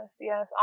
yes